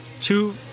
two